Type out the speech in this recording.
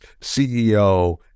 CEO